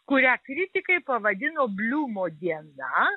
kurią kritikai pavadino bliumo diena